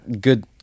good